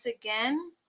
again